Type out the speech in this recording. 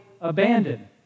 abandoned